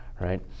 right